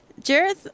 Jareth